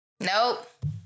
Nope